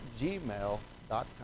gmail.com